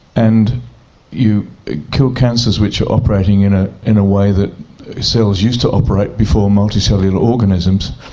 and you kill cancers which are operating in ah in a way that cells used to operate before multicellular organisms,